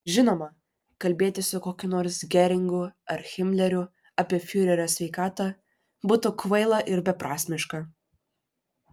žinoma kalbėti su kokiu nors geringu ar himleriu apie fiurerio sveikatą būtų kvaila ir beprasmiška